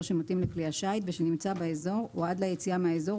שמתאים לכלי השיט ושנמצא באזור או עד ליציאה מהאזור,